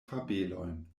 fabelojn